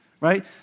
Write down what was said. right